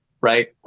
right